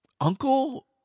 uncle